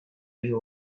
you